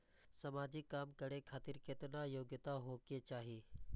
समाजिक काम करें खातिर केतना योग्यता होके चाही?